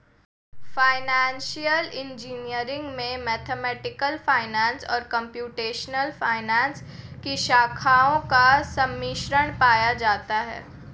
financial engineering में mathematical finance और computational finance की शाखाओं का सम्मिश्रण पाया जाता है